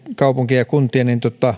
kaupunkien ja kun tien